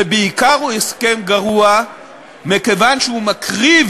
ובעיקר הוא הסכם גרוע מכיוון שהוא מקריב